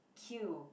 queue